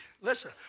listen